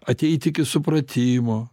ateit iki supratimo